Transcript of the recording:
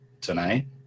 tonight